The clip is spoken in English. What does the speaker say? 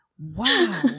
Wow